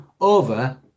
over